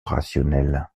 rationnel